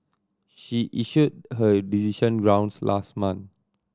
she issued her decision grounds last month